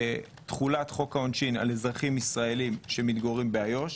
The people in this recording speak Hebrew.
תחולת חוק העונשין על אזרחים ישראלים שמתגוררים באיו"ש.